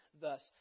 thus